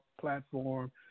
platform